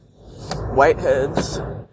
Whiteheads